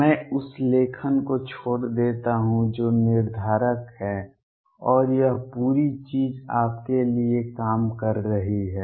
मैं उस लेखन को छोड़ देता हूं जो निर्धारक है और यह पूरी चीज आपके लिए काम कर रही है